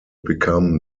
become